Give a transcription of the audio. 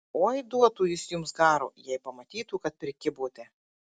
oi duotų jis jums garo jei pamatytų kad prikibote